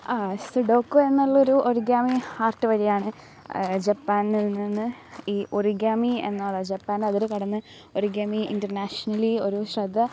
ആ സുഡോക്കു എന്നുള്ളൊരു origami art വഴിയാണ് ജപ്പാനിൽ നിന്ന് ഈ ഒറിഗാമി എന്നുള്ള ജപ്പാനതിരുകടന്ന് ഒറിഗാമി ഇന്റർനാഷണലി ഒരു ശ്രദ്ധ